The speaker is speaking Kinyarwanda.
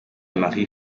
marie